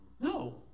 No